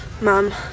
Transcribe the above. mom